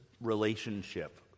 relationship